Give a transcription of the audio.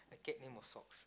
the cat name was socks